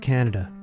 Canada